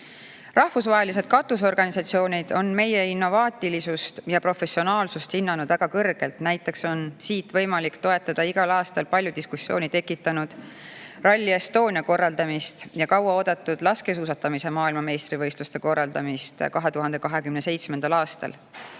süsteemsemaks. Rahvusvahelised katusorganisatsioonid on meie innovaatilisust ja professionaalsust hinnanud väga kõrgelt. Näiteks on siit võimalik toetada igal aastal palju diskussiooni tekitanud Rally Estonia korraldamist ja kauaoodatud laskesuusatamise maailmameistrivõistluste korraldamist 2027. aastal.